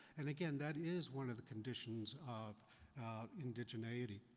and again, that is one of the conditions of indigeneity.